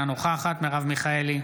אינה נוכחת מרב מיכאלי,